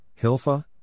Hilfa